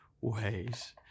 ways